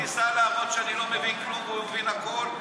הוא ניסה להראות שאני לא מבין כלום והוא מבין הכול,